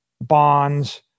bonds